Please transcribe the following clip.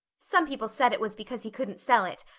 some people said it was because he couldn't sell it,